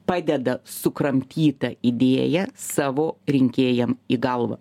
padeda sukramtytą idėją savo rinkėjam į galvą